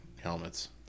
helmets